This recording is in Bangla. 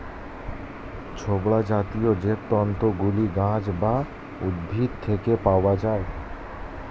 ছোবড়া জাতীয় জৈবতন্তু গুলি গাছ বা উদ্ভিদ থেকে পাওয়া যায়